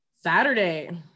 Saturday